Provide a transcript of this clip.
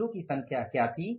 घंटे की संख्या क्या थी